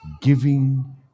giving